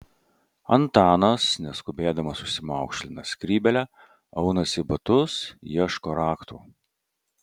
antanas neskubėdamas užsimaukšlina skrybėlę aunasi batus ieško raktų